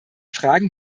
fragen